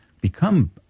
become